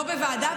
לא בוועדה,